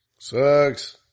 Sucks